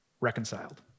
reconciled